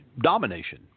domination